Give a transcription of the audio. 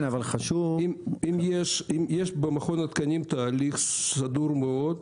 אם יש במכון התקנים תהליך סדור מאוד,